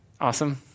awesome